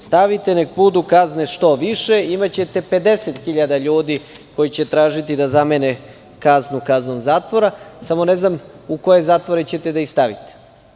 Stavite da budu kazne što više, imaćete 50 hiljada ljudi koji će tražiti da zamene kaznu kaznom zatvora, samo ne znam u koje zatvore ćete da ih stavite?